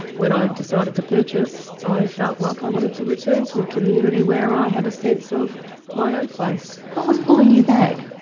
when i decided to purchase i felt like i wanted to return to a community where i had a sense of my own place. what was pulling you back?